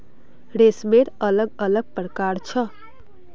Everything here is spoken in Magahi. रेशमेर अलग अलग प्रकार छ